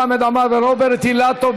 חמד עמאר ורוברט אילטוב,